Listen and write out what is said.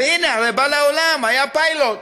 והנה, הרי בא לעולם, היה פיילוט,